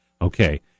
okay